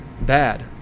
bad